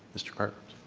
mr. cartlidge.